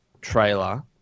trailer